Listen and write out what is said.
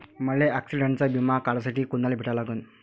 मले ॲक्सिडंटचा बिमा काढासाठी कुनाले भेटा लागन?